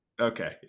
Okay